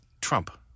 Trump